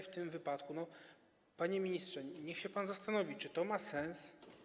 W tym wypadku, panie ministrze, niech się pan zastanowi, czy to ma sens.